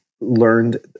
learned